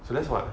so that's what